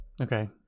okay